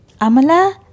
Amala